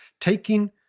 Taking